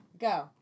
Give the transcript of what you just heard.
go